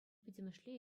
пӗтӗмӗшле